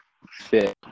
fit